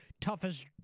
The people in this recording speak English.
toughest